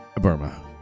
Burma